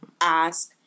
ask